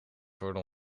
worden